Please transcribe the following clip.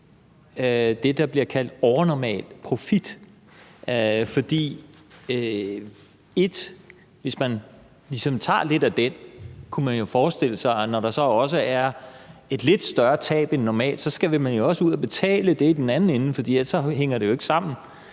det, der bliver kaldt overnormal profit. For hvis man ligesom tager lidt af den, kunne man jo forestille sig, at man, når der så også er et lidt større tab end normalt, også skal ud at betale det i den anden ende, for ellers hænger det jo ikke sammen.